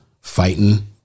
fighting